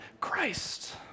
Christ